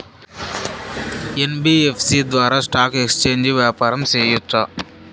NBFC ద్వారా stock exchange వ్యాపారం సేయొచ్చా?